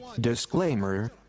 Disclaimer